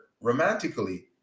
romantically